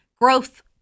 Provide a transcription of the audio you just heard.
Growth